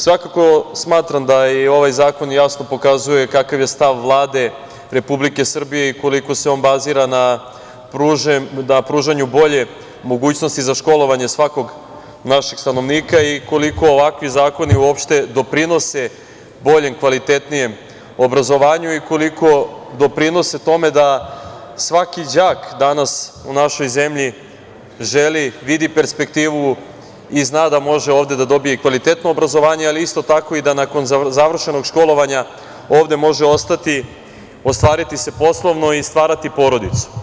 Svakako smatram da i ovaj zakon jasno pokazuje kakav je stav Vlade Republike Srbije i kako se on bazira na pružanju bolje mogućnosti za školovanje, svakog našeg stanovnika i koliko ovakvi zakoni uopšte doprinose boljem i kvalitetnijem obrazovanju i koliko doprinose tome da svaki đak danas u našoj zemlji želi i vidi perspektivu i zna da može da dobije ovde kvalitetno obrazovanje i da isto tako nakon završenog školovanja, ovde može ostati i ostvariti se poslovno i stvarati porodicu.